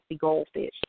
goldfish